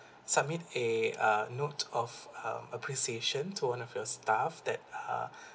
submit a uh note of um appreciation to one of your staff that uh